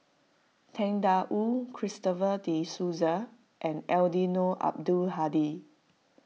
Tang Da Wu Christopher De Souza and Eddino Abdul Hadi